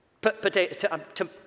potato